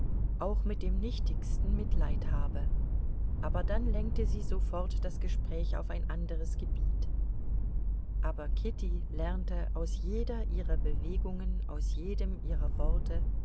auch mit dem nichtigsten mitleid habe aber dann lenkte sie sofort das gespräch auf ein anderes gebiet aber kitty lernte aus jeder ihrer bewegungen aus jedem ihrer worte